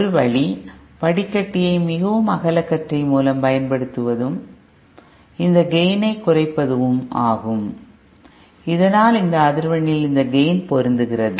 ஒரு வழி வடிகட்டியை மிகவும் அகலக்கற்றை மூலம் பயன்படுத்துவதும் இந்த கேய்ன் ஐ குறைப்பதுவும் ஆகும் இதனால் இந்த அதிர்வெண்ணில் இந்த கேய்ன் பொருந்துகிறது